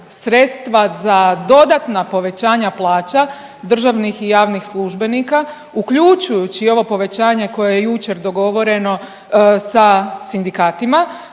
sredstva za dodatna povećanja plaća državnih i javnih službenika uključujući i ovo povećanje koje je jučer dogovoreno sa sindikatima.